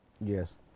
Yes